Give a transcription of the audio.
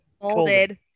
folded